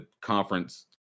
conference